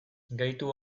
gehitu